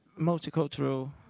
multicultural